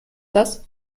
das